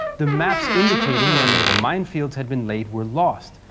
the maps indicating where naval minefields had been laid were lost,